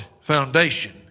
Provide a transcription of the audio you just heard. foundation